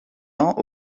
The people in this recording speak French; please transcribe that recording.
ans